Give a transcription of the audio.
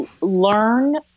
learn